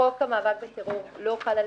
אבל חוק המאבק בטרור לא חל עליהם.